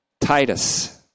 Titus